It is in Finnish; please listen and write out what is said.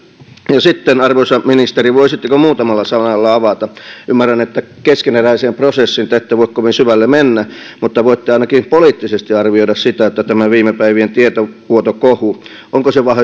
ja sitten arvoisa ministeri voisitteko muutamalla sanalla avata ymmärrän että keskeneräiseen prosessiin te ette voi kovin syvälle mennä mutta voitte ainakin poliittisesti arvioida onko tämä viime päivien tietovuotokohu